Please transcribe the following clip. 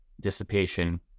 dissipation